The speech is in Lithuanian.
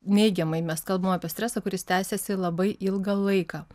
neigiamai mes kalbam apie stresą kuris tęsiasi labai ilgą laiką